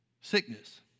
sickness